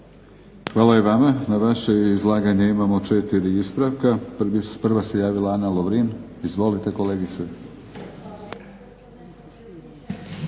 Hvala i vama. Na vaše izlaganje imamo 4 ispravka. Prva se javila Ana Lovrin. Izvolite kolegice.